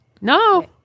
no